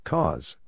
Cause